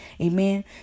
Amen